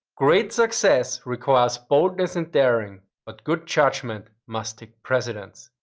great success requires boldness and daring, but good judgement must take precedence.